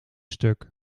stuk